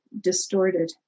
distorted